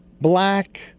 black